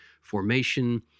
formation